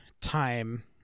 time